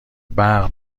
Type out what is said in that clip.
برق